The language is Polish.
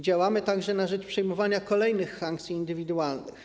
Działamy także na rzecz nakładania kolejnych sankcji indywidualnych.